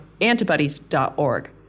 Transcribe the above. antibodies.org